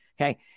Okay